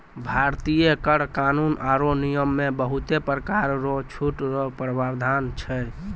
भारतीय कर कानून आरो नियम मे बहुते परकार रो छूट रो प्रावधान छै